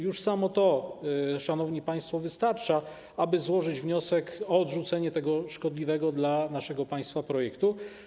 Już samo to, szanowni państwo, wystarcza, aby złożyć wniosek o odrzucenie tego szkodliwego dla naszego państwa projektu.